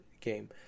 game